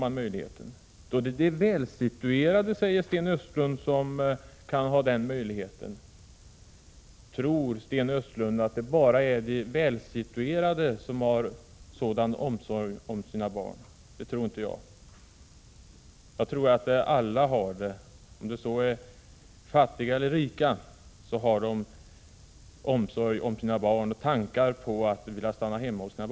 Sten Östlund säger att det är de välsituerade som kan ha den här möjligheten. Tror Sten Östlund att det bara är de välsituerade som har sådan omsorg om sina barn? Det tror inte jag. Jag tror att alla har det, oavsett om det rör sig om fattiga eller rika. Alla har omsorg om sina barn och har tankar på att vilja stanna hemma hos dem.